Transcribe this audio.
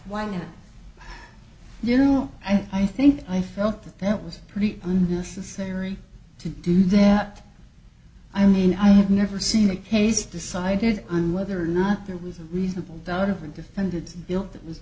why now you know i think i felt that that was pretty unnecessary to do that i mean i have never seen a case decided on whether or not there was a reasonable doubt of an defended bill that was